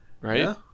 Right